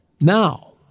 Now